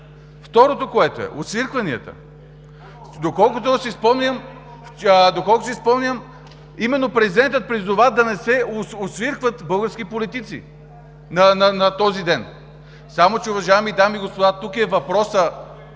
Третото, освиркванията – доколкото си спомням, именно президентът призова да не се освиркват български политици на този ден! Само че, уважаеми дами и господа, тук въпросът,